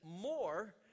more